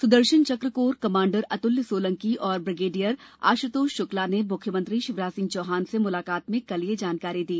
Sudarshan Chak corps commander Atulya Solanki और brigadier Ashutosh Shukla ने मुख्यमंत्री शिवराज सिंह चौहान से मुलाकात में कल यह जानकारी दी